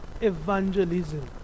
evangelism